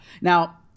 now